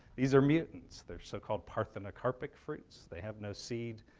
these are mutants. they're so-called parthenocarpic fruits. they have no seed.